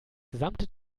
gesamte